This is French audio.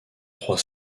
trois